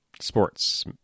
Sports